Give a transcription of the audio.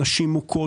נשים מוכות,